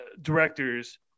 directors